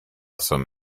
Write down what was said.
some